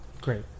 Great